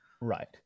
Right